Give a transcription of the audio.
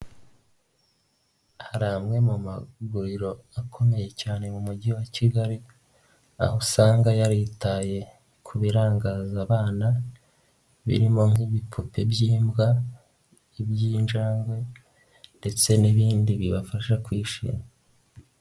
Hari amwe mu maguriro akomeye cyane mu mujyi wa Kigali aho usanga yaritaye ku birangaza abana birimo nk'ibipupe by'imbwa, iby'injangwe ndetse n'ibindi bibafasha kwishima.